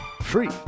Free